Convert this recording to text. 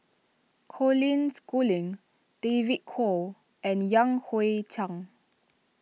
Colin Schooling David Kwo and Yan Hui Chang